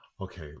Okay